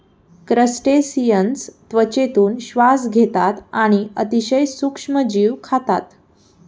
crustaceans त्वचेतून श्वास घेतात आणि अतिशय सूक्ष्म जीव खातात